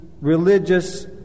religious